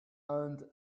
and